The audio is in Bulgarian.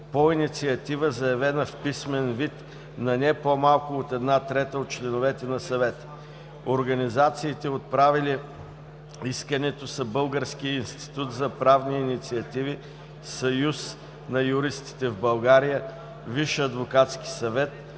по инициатива, заявена в писмен вид на не по-малко от 1/3 от членовете на Съвета. Организациите, отправили искането, са Български институт за правни инициативи, Съюз на юристите в България, Висш адвокатски съвет,